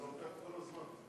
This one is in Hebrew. אתה לוקח את כל הזמן.